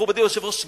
מכובדי היושב-ראש,